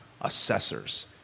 assessors